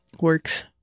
works